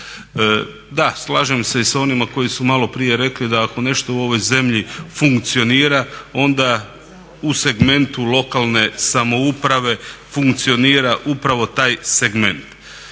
Da, slažem se i s onima koji su maloprije rekli da ako nešto u ovoj zemlji funkcionira onda u segmentu lokalne samouprave funkcionira upravo taj segment.